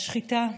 השחיטה,